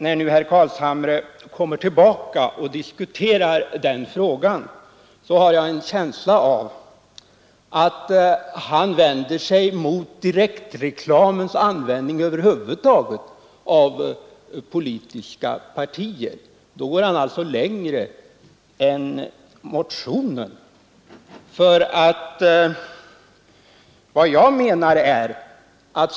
När nu herr Carlshamre kommer tillbaka och diskuterar den frågan, så har jag en känsla av att han vänder sig mot politiska partiers användning av direktreklam över huvud taget. Då går han alltså längre än motionen.